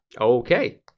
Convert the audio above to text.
Okay